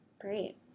Great